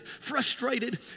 frustrated